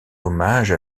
hommage